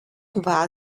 war